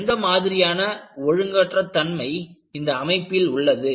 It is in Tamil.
எந்த மாதிரியான ஒழுங்கற்ற தன்மை இந்த அமைப்பில் உள்ளது